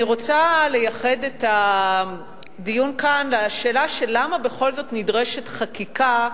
אני רוצה לייחד את הדיון כאן לשאלה של למה בכל זאת נדרשת חקיקה,